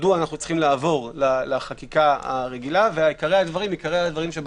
מדוע אנחנו צריכים לעבור לחקיקה הרגילה ועיקרי הדברים שבחוק.